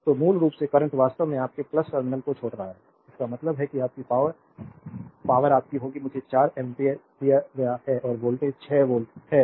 तो मूल रूप से करंट वास्तव में आपके टर्मिनल को छोड़ रहा है इसका मतलब है कि आपकी पावर पावरआपकी होगी I मुझे 4 एम्पीयर दिया गया है और वोल्टेज 6 वोल्ट है